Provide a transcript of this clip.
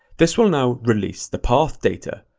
this will now release the path data.